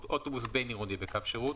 אוטובוס בין עירוני בקו שירות,